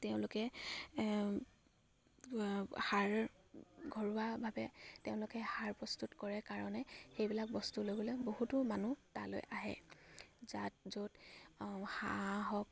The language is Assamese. তেওঁলোকে সাৰ ঘৰুৱাভাৱে তেওঁলোকে সাৰ প্ৰস্তুত কৰে কাৰণে সেইবিলাক বস্তু লৈ গ'লে বহুতো মানুহ তালৈ আহে যাত য'ত হাঁহ হওক